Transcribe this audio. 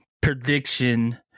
prediction